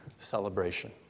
celebration